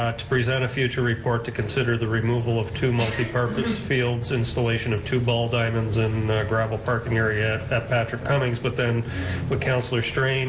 ah to present a future report to consider the removal of two multi-purpose fields, installation of two ball diamonds, and a gravel parking area at patrick cummings, but then what councilor strange